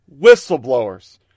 whistleblowers